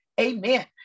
amen